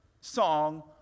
song